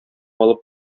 алып